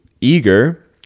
eager